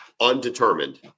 undetermined